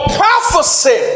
prophecy